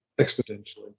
exponentially